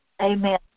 Amen